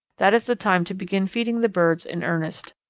that is the time to begin feeding the birds in earnest.